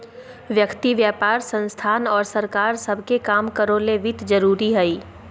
व्यक्ति व्यापार संस्थान और सरकार सब के काम करो ले वित्त जरूरी हइ